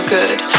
good